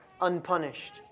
unpunished